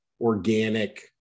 organic